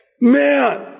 man